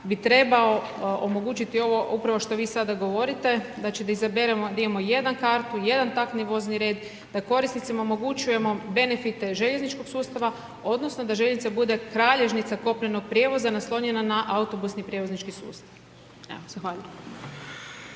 bi trebao omogućiti ovo upravo što vi sada govorite, znači da izaberemo, da imamo jednu kartu, jedan taktni vozni red, da korisnicima omogućujemo benefite željezničkog sustava odnosno da željeznica bude kralježnica kopnenog prijevoza naslonjena na autobusni prijevoznički sustav.